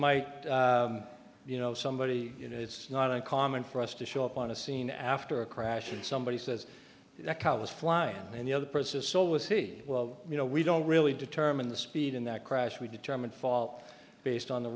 might you know somebody you know it's not uncommon for us to show up on a scene after a crash and somebody says that car was flying and the other person so was he well you know we don't really determine the speed in that crash we determine fault based on the